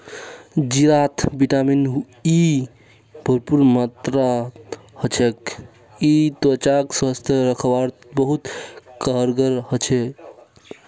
जीरात vitamin E भरपूर मात्रात ह छेक यई त्वचाक स्वस्थ रखवात बहुत कारगर ह छेक